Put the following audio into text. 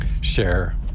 share